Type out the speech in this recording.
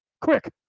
Quick